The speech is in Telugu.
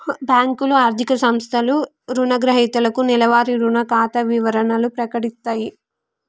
బ్యేంకులు, ఆర్థిక సంస్థలు రుణగ్రహీతలకు నెలవారీ రుణ ఖాతా వివరాలను ప్రకటిత్తయి